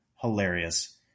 hilarious